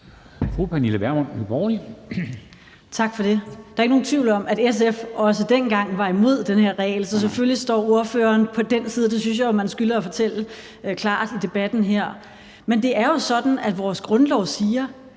Pernille Vermund (NB): Tak for det. Der er ikke nogen tvivl om, at SF også dengang var imod den her regel, så selvfølgelig står ordføreren på den side, og det synes jeg jo man skylder at fortælle klart i debatten her. Men det er jo sådan, at vores grundlov siger,